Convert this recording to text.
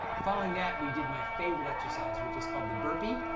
following that, we did my favorite exercise, which is called the burpee.